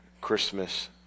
Christmas